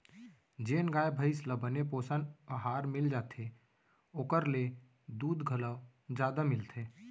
जेन गाय भईंस ल बने पोषन अहार मिल जाथे ओकर ले दूद घलौ जादा मिलथे